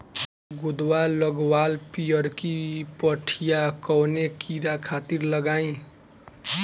गोदवा लगवाल पियरकि पठिया कवने कीड़ा खातिर लगाई?